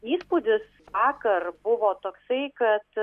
įspūdis vakar buvo toksai kad